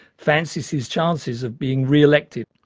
fancies his chances of being re-elected.